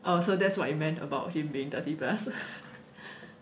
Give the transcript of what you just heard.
oh so that's what you meant about him being thirty plus